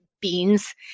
Beans